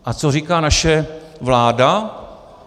A co říká naše vláda?